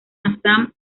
assam